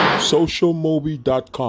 socialmobi.com